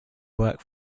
worked